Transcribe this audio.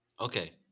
Okay